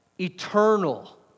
eternal